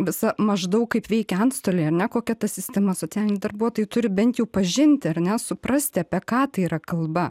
visa maždaug kaip veikia antstoliai ar ne kokia ta sistema socialiniai darbuotojai turi bent jau pažinti ar ne suprasti apie ką tai yra kalba